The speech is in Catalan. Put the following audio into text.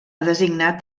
designat